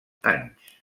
anys